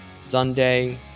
Sunday